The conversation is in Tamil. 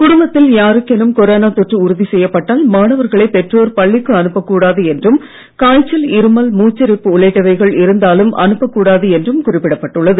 குடும்பத்தில் யாருக்கேனும் கொரோனா தொற்று உறுதி செய்யப்பட்டால் மாணவர்களை பெற்றோர் பள்ளிக்கு அனுப்ப கூடாது என்றும் காய்ச்சல் இருமல் மூச்சிரைப்பு உள்ளிட்டவைகள் இருந்தாலும் அனுப்ப கூடாது என்றும் குறிப்பிடப்பட்டுள்ளது